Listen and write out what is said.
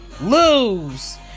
lose